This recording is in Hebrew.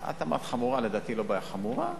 בעיה חמורה, לדעתי לא בעיה חמורה,